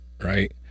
right